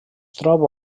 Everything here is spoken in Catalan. troba